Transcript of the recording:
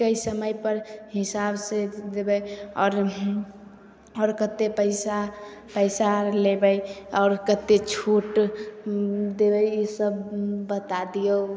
कै समयपर हिसाब से देबै आओर आओर कतेक पइसा पइसा आर लेबै आओर कतेक छूट देबै ईसब बता दिऔ